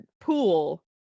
pool